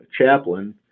chaplain